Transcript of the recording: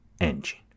engine